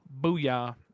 booyah